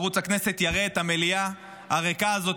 ערוץ הכנסת יראה את המליאה הריקה הזאת,